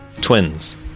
Twins